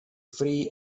free